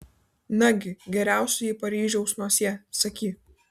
nagi geriausioji paryžiaus nosie sakyk